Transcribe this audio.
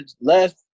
last